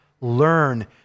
Learn